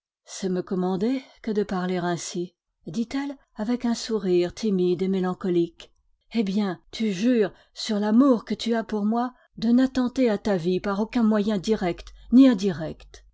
c'est me commander que de parler ainsi dit-elle avec un sourire timide et mélancolique eh bien tu jures sur l'amour que tu as pour moi de n'attenter à ta vie par aucun moyen direct ni indirect